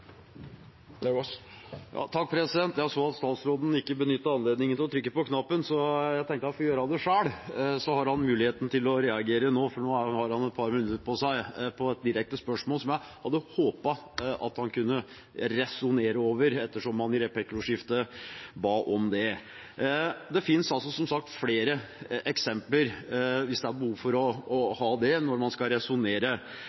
Jeg så at statsråden ikke benyttet anledningen til å trykke på knappen, så jeg tenkte jeg fikk gjøre det selv, så får han muligheten til å reagere nå. Nå får han et par minutter på seg til et direkte spørsmål som jeg hadde håpet han kunne resonnere over, ettersom man i replikkordskiftet ba om det. Det finnes altså flere eksempler – hvis det er behov for å